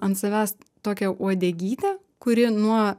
ant savęs tokią uodegytę kuri nuo